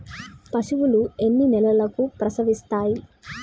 పశువులు ఎన్ని నెలలకు ప్రసవిస్తాయి?